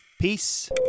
peace